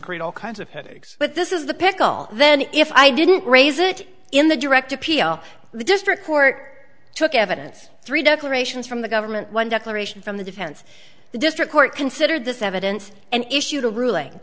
create all kinds of headaches but this is the pickle then if i didn't raise it in the direct appeal the district court took evidence three declarations from the government one declaration from the defense the district court considered this evidence and issued a ruling